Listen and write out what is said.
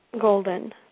Golden